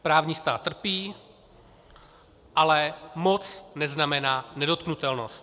Právní stát trpí, ale moc neznamená nedotknutelnost.